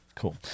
Cool